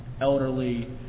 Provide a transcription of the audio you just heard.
elderly